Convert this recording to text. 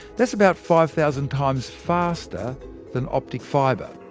that's about five thousand times faster than optic fibre.